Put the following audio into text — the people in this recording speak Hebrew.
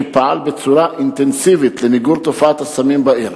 שפעל בצורה אינטנסיבית למיגור תופעת הסמים בעיר.